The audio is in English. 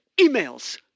emails